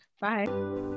Bye